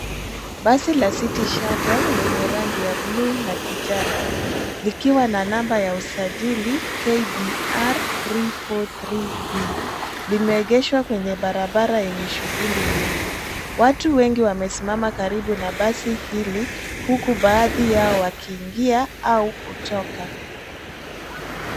Basi la City Shuttle lenye rangi ya buluu na kijani, likiwa na namba ya usajili KBR 343B, limeegeshwa kwenye barabara yenye shughuli nyingi. Watu wengi wamesimama karibu na basi hili, huku baadhi yao wakiingia au wakitoka.